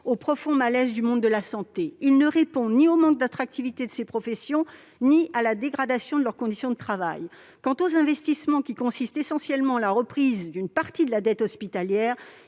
au profond malaise du monde de la santé : il ne répond ni au manque d'attractivité de ces professions ni à la dégradation de leurs conditions de travail. Quant aux investissements, qui consistent essentiellement en la reprise d'une partie de la dette hospitalière,